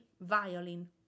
violin